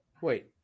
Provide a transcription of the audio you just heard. Wait